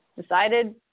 decided